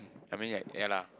I mean like ya lah